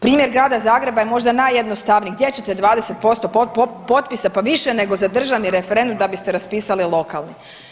Primjer Grada Zagreba je možda najjednostavniji, gdje ćete 20% potpisa pa više nego za državni referendum da biste raspisali lokalni.